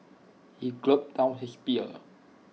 he gulped down his beer